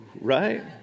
Right